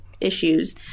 issues